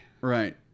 Right